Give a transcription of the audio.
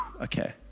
okay